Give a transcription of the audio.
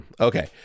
Okay